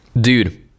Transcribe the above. Dude